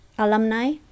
Alumni